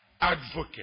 advocate